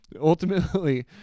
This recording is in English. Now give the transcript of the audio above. Ultimately